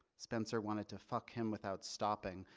spencer wanted to fuck him without stopping,